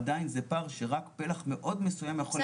עדיין זה פער שרק פלח מאוד מסוים יכול לממן,